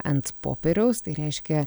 ant popieriaus tai reiškia